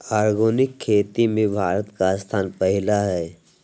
organic खेती में भारत के स्थान पहिला हइ